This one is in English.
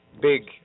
big